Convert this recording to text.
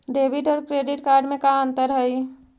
Debit और credit card में का अंतर हइ?